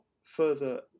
further